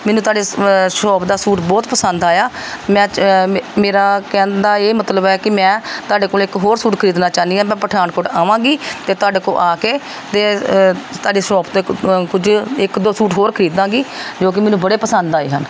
ਮੈਨੂੰ ਤੁਹਾਡੇ ਸ਼ ਸ਼ੋਪ ਦਾ ਸੂਟ ਬਹੁਤ ਪਸੰਦ ਆਇਆ ਮੈਂ ਚ ਮੇਰਾ ਕਹਿਣ ਦਾ ਇਹ ਮਤਲਬ ਹੈ ਕਿ ਮੈਂ ਤੁਹਾਡੇ ਕੋਲ ਇੱਕ ਹੋਰ ਸੂਟ ਖਰੀਦਣਾ ਚਾਹੁੰਦੀ ਹਾਂ ਮੈਂ ਪਠਾਨਕੋਟ ਆਵਾਂਗੀ ਅਤੇ ਤੁਹਾਡੇ ਕੋਲ ਆ ਕੇ ਅਤੇ ਤੁਹਾਡੀ ਸ਼ੋਪ ਤੋਂ ਕੁਝ ਇੱਕ ਦੋ ਸੂਟ ਹੋਰ ਖਰੀਦਾਂਗੀ ਜੋ ਕਿ ਮੈਨੂੰ ਬੜੇ ਪਸੰਦ ਆਏ ਹਨ